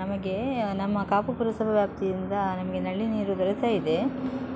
ನಮಗೆ ನಮ್ಮ ಕಾಪು ಪುರಸಭೆ ವತಿಯಿಂದ ನಮಗೆ ನಲ್ಲಿ ನೀರು ಬರುತ್ತಾಯಿದೆ